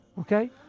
Okay